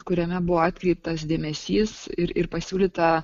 kuriame buvo atkreiptas dėmesys ir ir pasiūlyta